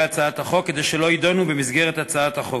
הצעת החוק כדי שלא יידונו במסגרת הצעת החוק.